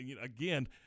Again